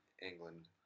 England